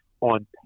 On